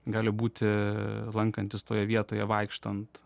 gali būti lankantis toje vietoje vaikštant